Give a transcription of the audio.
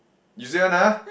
you say one ah